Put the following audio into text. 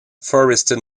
forested